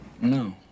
no